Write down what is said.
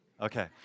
Okay